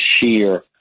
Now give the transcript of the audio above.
sheer